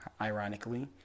ironically